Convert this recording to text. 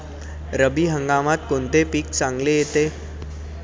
रब्बी हंगामात कोणते पीक चांगले येते?